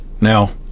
Now